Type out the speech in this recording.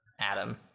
Adam